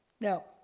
Now